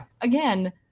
again